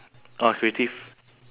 ah creative